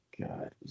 God